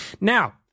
Now